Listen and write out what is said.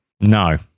no